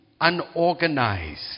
unorganized